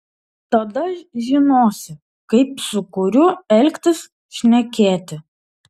tada žinosi kaip su kuriuo elgtis šnekėti